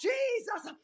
Jesus